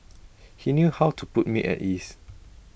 he knew how to put me at ease